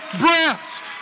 breast